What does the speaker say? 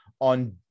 on